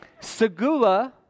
Segula